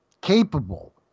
capable